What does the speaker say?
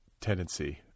tendency